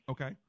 Okay